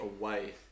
away